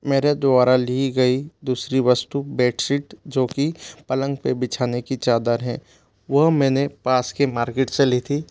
मेरे द्वारा ली गई दूसरी वस्तु बेडशीट जोकि पलंग पे बिछाने की चादर है वो मैंने पास के मार्केट से ली थी